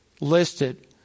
listed